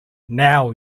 now